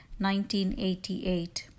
1988